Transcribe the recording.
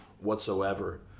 whatsoever